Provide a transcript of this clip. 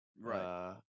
right